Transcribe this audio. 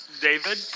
David